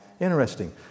Interesting